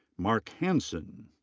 mark hansen.